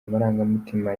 amarangamutima